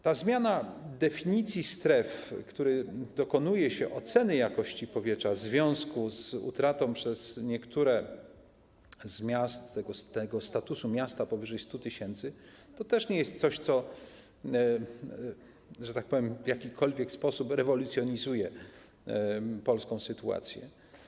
Ta zmiana definicji stref, w których dokonuje się oceny jakości powietrza w związku z utratą przez niektóre z miast statusu miasta powyżej 100 tys., to też nie jest coś, co, że tak powiem, w jakikolwiek sposób rewolucjonizuje polską sytuację.